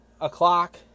o'clock